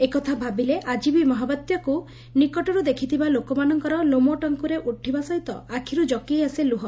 ଏହି କଥା ଭାବିଲେ ଆଜି ବି ମହାବାତ୍ୟାକୁ ନିକଟରୁ ଦେଖିଥିବା ଲୋକମାନଙ୍କର ଲୋମ ଟାଙ୍କୁରି ଉଠିବା ସହିତ ଆଖ୍ରୁ ଜକେଇ ଆସେ ଲୁହ